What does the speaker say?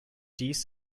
dies